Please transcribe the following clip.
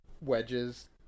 wedges